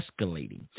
escalating